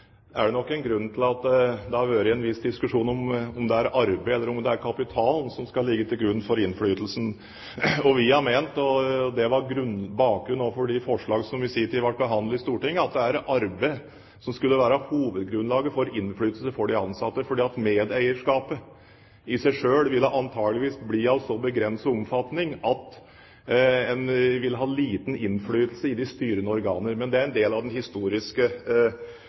er det nok en grunn til at det har vært en viss diskusjon om det er arbeid eller om det er kapital som skal ligge til grunn for innflytelsen. Vi har ment – og det var også bakgrunnen for de forslag som i sin tid ble behandlet i Stortinget – at det er arbeid som skulle være hovedgrunnlaget for innflytelse for de ansatte, for medeierskapet i seg selv ville antakeligvis bli av et så begrenset omfang at en ville ha liten innflytelse i de styrende organer. Men det er en del av den historiske